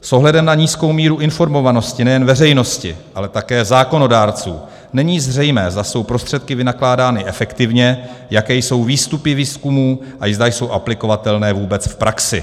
S ohledem na nízkou míru informovanosti nejen veřejnosti, ale také zákonodárců, není zřejmé, zda jsou prostředky vynakládány efektivně, jaké jsou výstupy výzkumů a zda jsou vůbec aplikovatelné v praxi.